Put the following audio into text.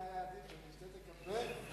בהר-חברון,